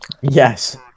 Yes